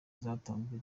zatanzwe